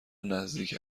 نزدیک